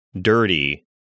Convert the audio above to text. dirty